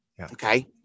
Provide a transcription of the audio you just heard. Okay